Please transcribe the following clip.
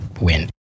win